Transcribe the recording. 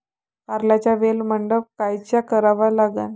कारल्याचा वेल मंडप कायचा करावा लागन?